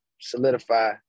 solidify